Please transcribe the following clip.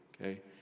okay